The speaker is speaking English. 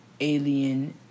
alien